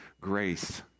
grace